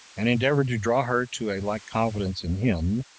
and endeavored to draw her to a like confidence in him,